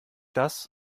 das